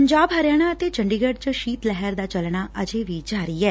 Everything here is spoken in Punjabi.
ਪੰਜਾਬ ਹਰਿਆਣਾ ਅਤੇ ਚੰਡੀਗਤ ਚ ਸ਼ੀਤ ਲਹਿਰ ਦਾ ਚਲਣਾ ਅਜੇ ਵੀ ਜਾਰੀ ਐ